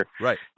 right